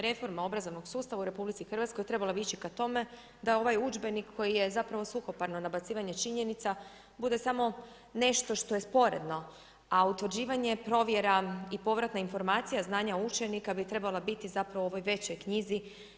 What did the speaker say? Reforma obrazovnog sustava u RH bi trebala ići ka tome, da ovaj udžbenik koji je zapravo suhoparno nabacivanje činjenica, bude samo nešto što je sporedno, a utvrđivanje provjera i povratna informacija, znanja učenika, bi trebala biti zapravo u većoj knjizi.